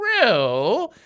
true